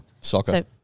Soccer